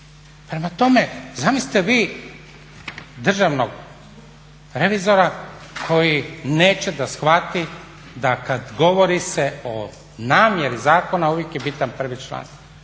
Prema tome, zamislite vi državnog revizora koji neće da shvati da kad govori se o namjeri zakona uvijek je bitan prvi članak